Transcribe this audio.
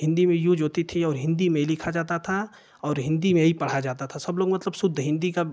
हिन्दी में यूज़ होती थी और हिन्दी में लिखा जाता था और हिन्दी में ही पढ़ा जाता था सब लोग मतलब शुद्ध हिन्दी का